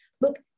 look